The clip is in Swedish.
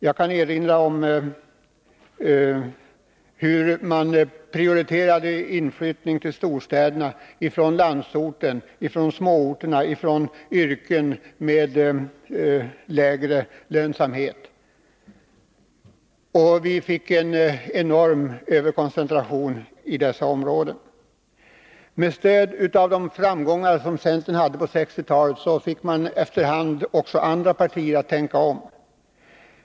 Jag kan erinra om hur man prioriterade inflyttningen till storstäderna från landsorten och från småorterna. Det gällde även yrken med lägre lönsamhet. Vi fick en enorm överkoncentration i dessa områden. Tack vare de framgångar som centern hade på 1960-talet började efter hand också andra partier att tänka om.